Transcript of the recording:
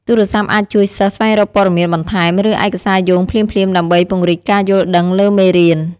ទូរស័ព្ទអាចជួយសិស្សស្វែងរកព័ត៌មានបន្ថែម ឬឯកសារយោងភ្លាមៗ ដើម្បីពង្រីកការយល់ដឹងលើមេរៀន។